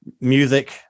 music